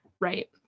right